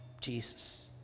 jesus